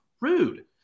Rude